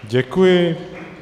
Děkuji.